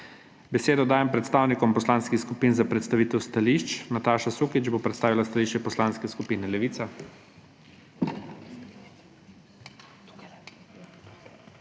Besedo dajem predstavnikom poslanskih skupin za predstavitev stališč. Nataša Sukič bo predstavila stališče Poslanske skupine Levica.